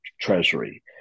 Treasury